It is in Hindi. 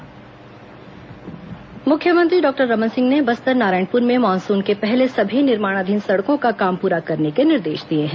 मुख्यमंत्री समीक्षा बैठक मुख्यमंत्री डॉक्टर रमन सिंह ने बस्तर नारायणपुर में मानसून के पहले सभी निर्माणाधीन सड़कों का काम प्रा करने के निर्देश दिए हैं